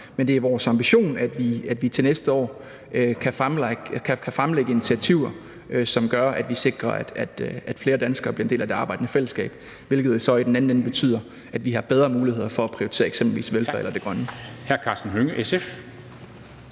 Men det er vores ambition, at vi til næste år kan fremlægge initiativer, som gør, at vi sikrer, at flere danskere bliver en del af det arbejdende fællesskab, hvilket så i den anden ende betyder, at vi har bedre muligheder for at prioritere eksempelvis velfærd eller det grønne.